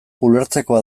ulertzekoa